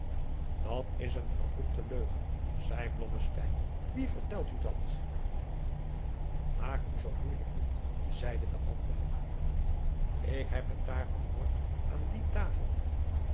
dat is een vervloekte leugen zeî blommesteyn wie vertelt u dat maak u zoo moeijelijk niet zeide de andere ik heb het daar gehoord aan die tafel